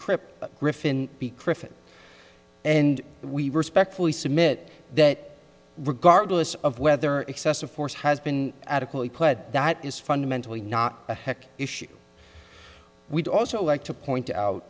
christian and we respectfully submit that regardless of whether excessive force has been adequately put that is fundamentally not a heck issue we'd also like to point out